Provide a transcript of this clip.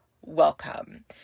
welcome